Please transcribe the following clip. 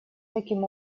таким